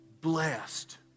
blessed